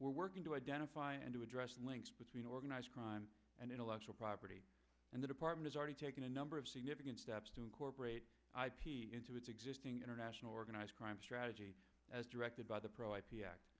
we're working to identify and to address links between organized crime and intellectual property and the department is already taking a number of significant steps to incorporate into its existing international organized crime strategy as directed by the pro i